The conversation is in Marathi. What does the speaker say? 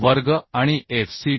वर्ग आणि FCD